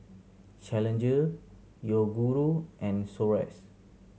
Challenger Yoguru and Xorex